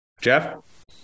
Jeff